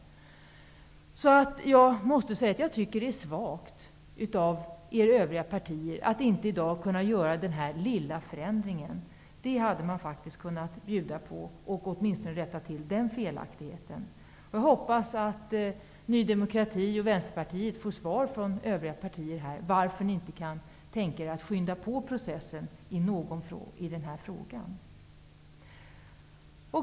Jag måste säga att jag tycker att det är svagt att de övriga partierna i dag inte kan göra denna lilla förändring. Man hade faktiskt kunnat bjuda på att rätta till åtminstone den felaktigheten. Jag hoppas att Ny demokrati och Vänsterpartiet får svar från övriga partier här på frågan varför ni inte kan tänka er att skynda på processen i den här frågan.